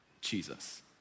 Jesus